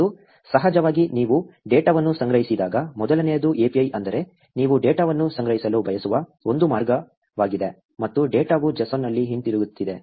ಮತ್ತು ಸಹಜವಾಗಿ ನೀವು ಡೇಟಾವನ್ನು ಸಂಗ್ರಹಿಸಿದಾಗ ಮೊದಲನೆಯದು API ಅಂದರೆ ನೀವು ಡೇಟಾವನ್ನು ಸಂಗ್ರಹಿಸಲು ಬಯಸುವ ಒಂದು ಮಾರ್ಗವಾಗಿದೆ ಮತ್ತು ಡೇಟಾವು JSON ನಲ್ಲಿ ಹಿಂತಿರುಗುತ್ತಿದೆ